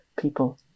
People